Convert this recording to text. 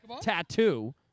tattoo